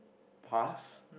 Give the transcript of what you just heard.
pass